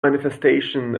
manifestation